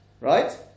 right